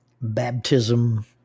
baptism